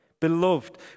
Beloved